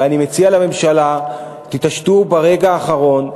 ואני מציע לממשלה, תתעשתו ברגע האחרון.